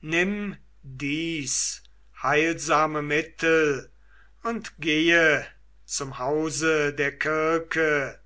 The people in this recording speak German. nimm dies heilsame mittel und gehe zum hause der